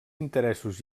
interessos